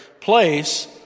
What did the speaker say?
place